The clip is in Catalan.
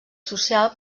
social